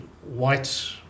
White